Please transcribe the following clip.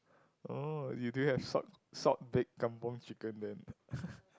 oh you do have salt salt baked kampung chicken then